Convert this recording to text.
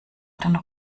den